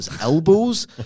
elbows